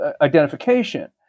identification